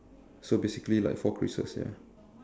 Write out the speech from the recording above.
so basically like four creases ya